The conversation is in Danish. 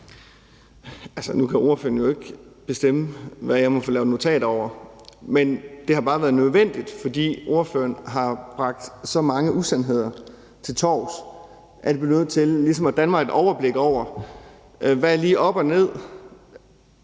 Nu kan ordføreren jo ikke bestemme, hvad jeg må få lavet notat om, men det har bare været nødvendigt, fordi ordføreren har bragt så mange usandheder til torvs, at jeg blev nødt til ligesom at danne mig et overblik over, hvad der lige er op og ned.